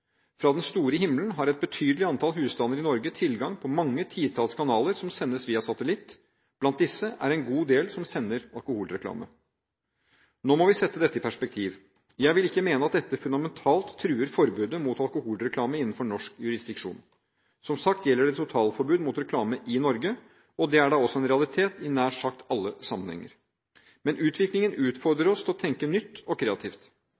Fra den store himmelen har et betydelig antall husstander i Norge tilgang på mange titalls kanaler som sendes via satellitt. Blant disse er det en god del som sender alkoholreklame. Nå må vi sette dette i perspektiv. Jeg vil ikke mene at dette fundamentalt truer forbudet mot alkoholreklame innenfor norsk jurisdiksjon. Som sagt, gjelder det totalforbud mot reklame i Norge, og det er da også en realitet i nær sagt alle sammenhenger. Men utviklingen utfordrer oss til å tenke nytt og kreativt.